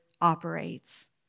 operates